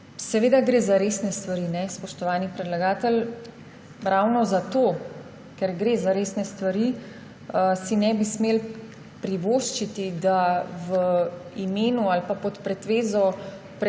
Seveda gre za resne stvari. Spoštovani predlagatelj, ravno zato ker gre za resne stvari, si ne bi smeli privoščiti, da v imenu ali pod pretvezo